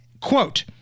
quote